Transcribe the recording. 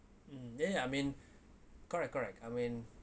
mm ya I mean correct correct I mean